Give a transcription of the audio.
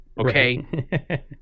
Okay